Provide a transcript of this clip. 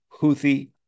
Houthi